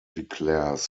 declares